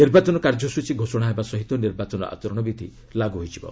ନିର୍ବାଚନ କାର୍ଯ୍ୟସ୍ତ୍ରୀ ଘୋଷଣା ହେବା ସହିତ ନିର୍ବାଚନ ଆଚରଣ ବିଧ୍ୟ ଲାଗୁ ହୋଇଯିବ